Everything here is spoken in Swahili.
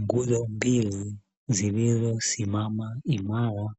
Nguzo mbili zilizosimama imara,